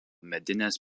medinės